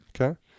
okay